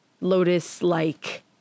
Lotus-like